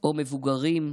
או מבוגרים,